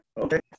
Okay